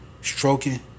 stroking